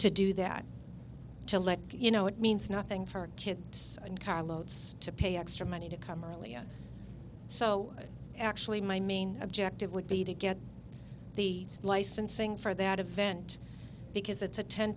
to do that to let you know it means nothing for kids and carloads to pay extra money to come earlier so actually my main objective would be to get the licensing for that event because